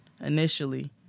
initially